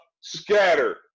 scatter